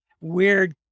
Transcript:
weird